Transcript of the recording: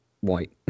white